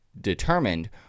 determined